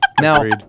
now